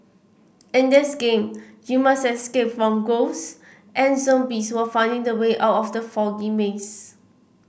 in this game you must escape from ghosts and zombies while finding the way out from the foggy maze